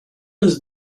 does